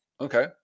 Okay